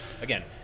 again